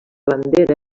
bandera